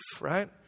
right